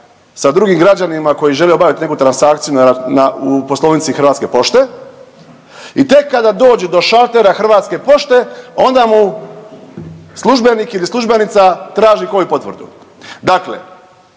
sa drugim građanima koji žele obaviti neku transakciju u poslovnici Hrvatske pošte i tek kada dođe do šaltera Hrvatske pošte onda mu službenik ili službenica traži covid potvrdu. Dakle,